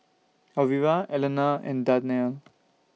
Alvira Allena and Darnell